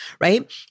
Right